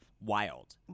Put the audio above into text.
Wild